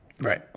Right